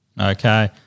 Okay